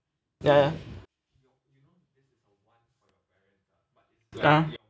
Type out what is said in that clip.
ya ya ah